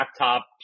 laptop